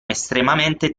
estremamente